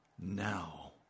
now